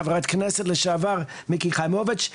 חברת הכנסת לשעבר מיקי חיימוביץ',